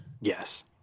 Yes